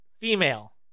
female